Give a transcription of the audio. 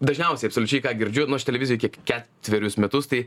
dažniausiai absoliučiai ką girdžiu nu aš televizijoj kiek ketverius metus tai